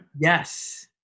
Yes